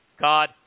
God